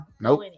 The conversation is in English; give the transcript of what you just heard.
nope